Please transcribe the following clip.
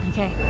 Okay